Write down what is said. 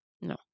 No